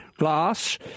glass